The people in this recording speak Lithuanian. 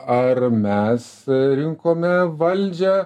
ar mes rinkome valdžią